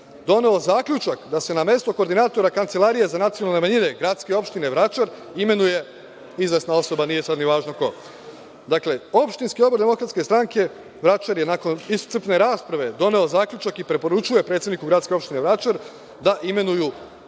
doneo zaključak da se na mesto koordinatora Kancelarije za nacionalne manjine gradske opštine Vračar imenuje izvesna osoba, nije sada ni važno ko. Dakle, opštinski odbor DS Vračar je nakon iscrpne rasprave doneo zaključak i preporučio predsedniku gradske opštine Vračar da imenuju